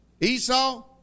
Esau